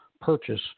purchase